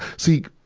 see,